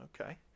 Okay